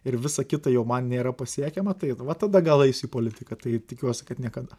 ir visa kita jau man nėra pasiekiama tai va tada gal eisiu į politiką tai tikiuosi kad niekada